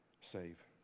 save